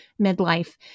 midlife